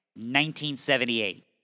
1978